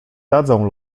dadzą